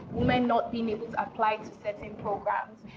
women not being able to apply to certain programs.